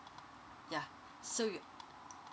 ya so you